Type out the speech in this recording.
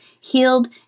healed